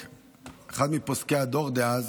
אחד מפוסקי הדור דאז,